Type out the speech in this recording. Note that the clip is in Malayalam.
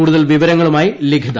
കൂടുതൽ വിവരങ്ങളുമായി ലിഖിത